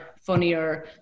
funnier